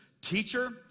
Teacher